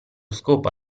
scopo